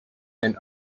and